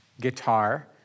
guitar